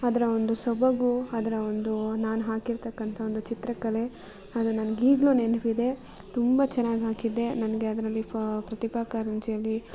ಅದರ ಒಂದು ಸೊಬಗು ಅದರ ಒಂದು ನಾನು ಹಾಕಿರತಕ್ಕಂಥ ಒಂದು ಚಿತ್ರಕಲೆ ಅದು ನಂಗೆ ಈಗಲೂ ನೆನಪಿದೆ ತುಂಬ ಚೆನ್ನಾಗಿ ಹಾಕಿದ್ದೆ ನನಗೆ ಅದರಲ್ಲಿ ಪ್ರತಿಭಾ ಕಾರಂಜಿಯಲ್ಲಿ